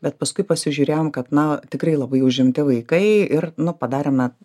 bet paskui pasižiūrėjom kad na tikrai labai užimti vaikai ir nu padarėme